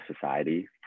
society